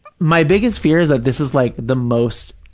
my biggest fear is that this is like the most,